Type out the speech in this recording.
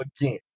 again